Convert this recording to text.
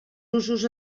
usos